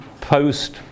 post